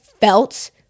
felt